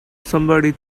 somebody